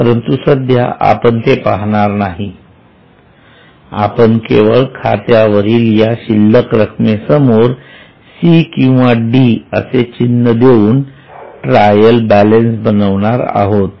परंतु सध्या आपण ते पाहणार नाही आपण केवळ खात्यावरील या शिल्लक रक्कमेसमोर सी किंवा डी असे चिन्ह देऊन ट्रायल बॅलन्स बनविणार आहोत